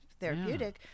therapeutic